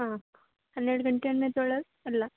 ಹಾಂ ಹನ್ನೆರಡು ಗಂಟೆ ಅನ್ನೋದ್ರೊಳಗೆ ಬರಲಾ